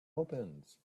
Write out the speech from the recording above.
opens